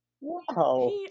Wow